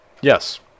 Yes